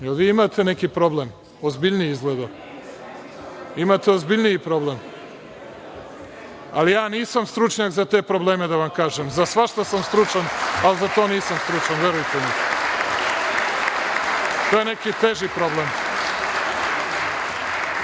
vi imate neki problem, ozbiljniji izgleda? Imate ozbiljniji problem? Ali ja nisam stručnjak za te probleme da vam kažem. Za svašta sam stručan, ali za to nisam stručan, verujte mi. To je neki teži problem.